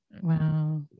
wow